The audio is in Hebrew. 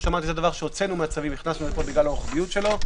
את זה הוצאנו מהצווים והכנסתנו לפה בגלל הרוחביות שלו.